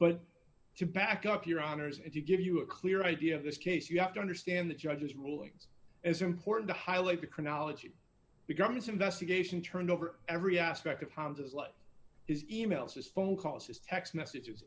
but to back up your honors if you give you a clear idea of this case you have to understand the judge's rulings as important to highlight the chronology of the government's investigation turned over every aspect of honda's life his e mails his phone calls his text messages